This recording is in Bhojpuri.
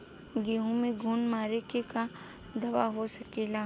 गेहूँ में घुन मारे के का दवा हो सकेला?